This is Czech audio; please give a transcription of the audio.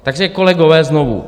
Takže kolegové, znovu.